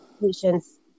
patients